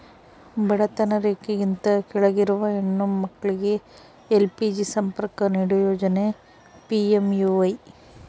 ಬಡತನ ರೇಖೆಗಿಂತ ಕೆಳಗಿರುವ ಹೆಣ್ಣು ಮಕ್ಳಿಗೆ ಎಲ್.ಪಿ.ಜಿ ಸಂಪರ್ಕ ನೀಡೋ ಯೋಜನೆ ಪಿ.ಎಂ.ಯು.ವೈ